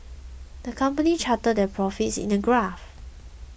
the company charted their profits in a graph